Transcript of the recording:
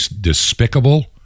despicable